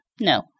No